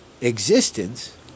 existence